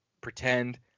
pretend